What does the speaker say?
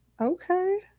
Okay